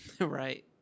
right